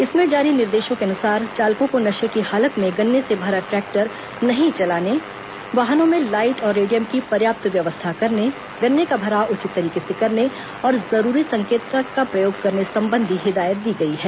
इसमें जारी निर्देशों के अनुसार चालकों को नशे की हालत में गन्ने से भरा ट्रैक्टर नहीं चलाने वाहनों में लाइट और रेडियम की पर्याप्त व्यवस्था करने गन्ने का भराव उचित तरीके से करने और जरूरी संकेतक का प्रयोग करने संबंधी हिदायत दी गई है